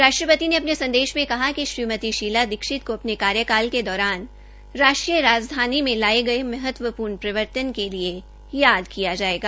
राष्ट्रपति ने अपने संदेश में कहा कि श्रीमती शीला दीक्षित को अपने कार्यकाल के दौरान राष्ट्रीय राजधानी में लाए गए महत्वपूर्ण परिवर्तन के लिए याद किया जाएगा